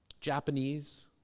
Japanese